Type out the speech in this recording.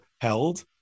held